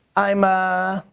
i'm, ah,